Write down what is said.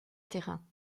terrains